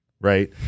Right